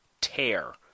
tear